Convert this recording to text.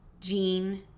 Jean